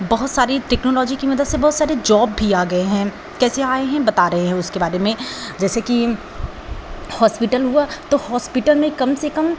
बहुत सारी टेक्नोलॉजी की मदद से बहुत सारे जॉब भी आ गए हैं कैसे आए हैं बता रहे हैं उसके बारे में जैसे कि हॉस्पिटल हुआ तो हॉस्पिटल में कम से कम